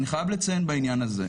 אני חייב לציין בעניין הזה,